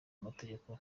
amategeko